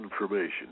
information